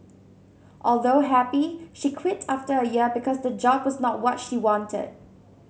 although happy she quit after a year because the job was not what she wanted